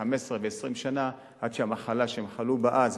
15 ו-20 שנה עד שהמחלה שהם חלו בה אז,